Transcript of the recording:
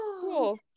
cool